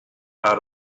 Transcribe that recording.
out